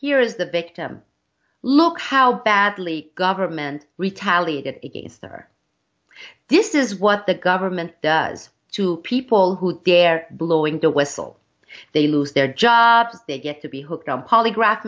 here is the victim look how badly government retaliated against or this is what the government does to people who dare blowing the whistle they lose their jobs they get to be hooked on a polygraph